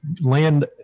land